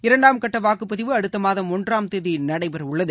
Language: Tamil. இரண்டாம் கட்டவாக்குப்பதிவு அடுத்தமாதம் ஒன்றாம் தேதிநடைபெறவுள்ளது